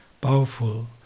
powerful